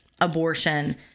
abortion